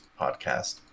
podcast